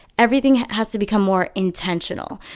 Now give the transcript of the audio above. everything has to become more intentional.